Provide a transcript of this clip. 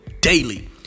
daily